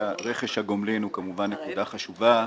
רכש הגומלין הוא כמובן נקודה חשובה.